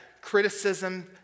criticism